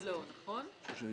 במקום 8